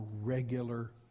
regular